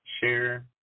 share